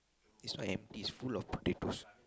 it's not empty it's full of potatoes